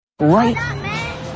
Right